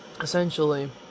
Essentially